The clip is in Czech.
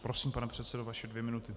Prosím, pane předsedo, vaše dvě minuty.